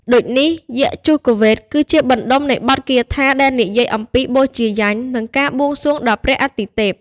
ដូចនេះ យជុវ៌េទគឺជាបណ្ដុំនៃបទគាថាដែលនិយាយអំពី ពិធីបូជាយញ្ញ និងការបួងសួងដល់ព្រះអាទិទេព។